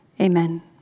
amen